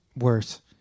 worse